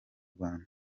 rwanda